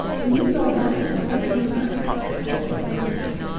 when you go hunting, what do you hunt? asked old mother nature.